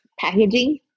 packaging